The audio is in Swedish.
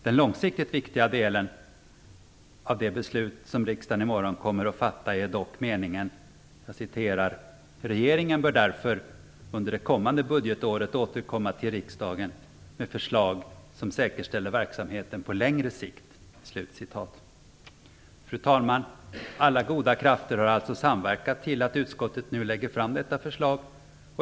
Den långsiktigt viktiga delen av det beslut som riksdagen kommer att fatta är dock denna mening: "Regeringen bör därför under det kommande budgetåret återkomma till riksdagen med förslag som säkerställer verksamheten på längre sikt." Fru talman! Alla goda krafter har alltså samverkat till att utskottet nu lägger fram detta förslag.